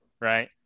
Right